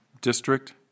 district